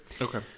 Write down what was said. Okay